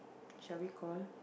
shall we call